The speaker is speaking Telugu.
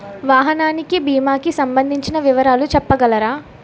వాహనానికి భీమా కి సంబందించిన వివరాలు చెప్పగలరా?